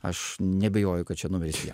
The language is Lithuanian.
aš neabejoju kad čia numeris vienas